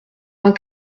vingt